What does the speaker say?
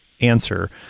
answer